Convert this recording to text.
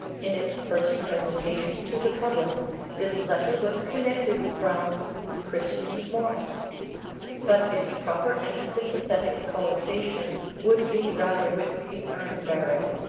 in its first presentation to the public this letter was connected with browne's christian morals but its proper and sympathetic collocation would be rather with the urn-burial,